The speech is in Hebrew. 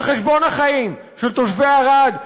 על חשבון החיים של תושבי ערד,